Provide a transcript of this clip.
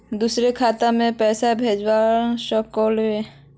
दुसरे खाता मैं पैसा भेज सकलीवह?